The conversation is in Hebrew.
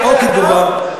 לא כפגיעה בחיי אדם?